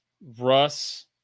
Russ